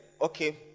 okay